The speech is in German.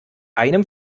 einem